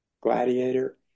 gladiator